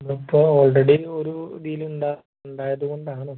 ഇത് ഇപ്പോൾ ഓൾറെഡി ഒരു ഡീൽ ഉണ്ടോ ഉണ്ടായത് കൊണ്ട് ആണ്